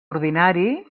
ordinari